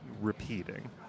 repeating